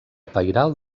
pairal